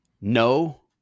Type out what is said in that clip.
No